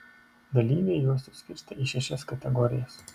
dalyviai juos suskirstė į šešias kategorijas